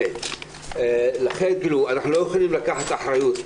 אנחנו לא יכולים לקחת אחריות,